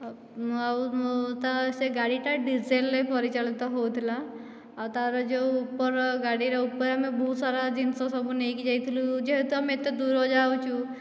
ଆଉ ସେ ଗାଡ଼ି ତା ଡିଜେଲରେ ପରିଚାଳିତ ହେଉଥିଲା ଆଉ ତାର ଯେଉଁ ଉପର ଗାଡ଼ିର ଉପରେ ବହୁତ୍ ସାରା ଜିନିଷ ସବୁ ନେଇକି ଯାଇଥିଲୁ ଯେହେତୁ ଆମେ ଏତେ ଦୂର ଯାଉଛୁ